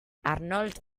arnold